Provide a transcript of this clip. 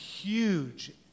huge